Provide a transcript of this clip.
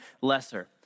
lesser